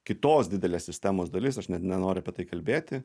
kitos didelės sistemos dalis aš net nenoriu apie tai kalbėti